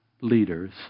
leaders